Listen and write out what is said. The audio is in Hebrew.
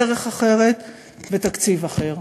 דרך אחרת ותקציב אחר,